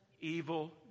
evil